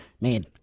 man